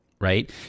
right